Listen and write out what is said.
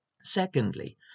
Secondly